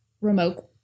remote